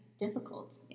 difficult